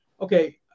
okay